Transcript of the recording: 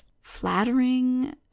flattering